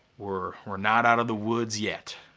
we're we're not out of the woods yet.